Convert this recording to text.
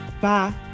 Bye